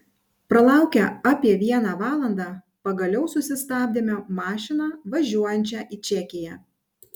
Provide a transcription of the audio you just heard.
pralaukę apie vieną valandą pagaliau susistabdėme mašiną važiuojančią į čekiją